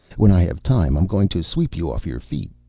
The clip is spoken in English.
when i have time i'm going to sweep you off your feet.